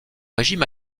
régime